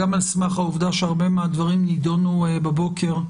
גם על סמך העובדה שהרבה מהדברים נידונו בבוקר,